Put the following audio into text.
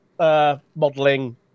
Modeling